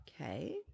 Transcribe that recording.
Okay